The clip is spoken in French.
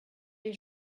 les